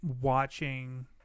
watching